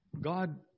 God